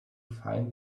find